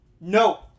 No